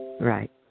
Right